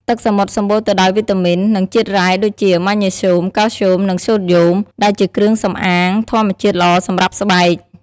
ទឹកសមុទ្រសម្បូរទៅដោយវីតាមីន និងជាតិរ៉ែដូចជា ម៉ាញ៉េស្យូម កាល់ស្យូម និងសូដ្យូម ដែលជាគ្រឿងសម្អាងធម្មជាតិល្អសម្រាប់ស្បែក។